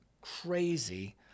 crazy